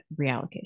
reallocation